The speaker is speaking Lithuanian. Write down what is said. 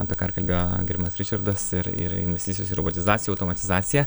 apie ką ir kalbėjo gerbiamas ričardas ir ir investicijos į robotizaciją automatizaciją